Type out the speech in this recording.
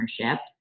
partnership